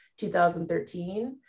2013